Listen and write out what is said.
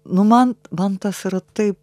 nu man man tas yra taip